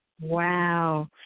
wow